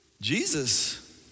Jesus